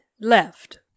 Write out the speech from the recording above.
left